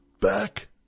back